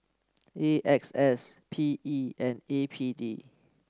A X S P E and A P D